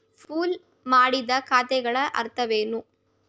Pool ಮಾಡಿದ ಖಾತೆಗಳ ಅರ್ಥವೇನು?